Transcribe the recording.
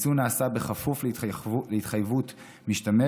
היצוא נעשה בכפוף להתחייבות המשתמש